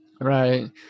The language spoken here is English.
right